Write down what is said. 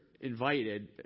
Invited